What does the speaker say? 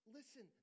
Listen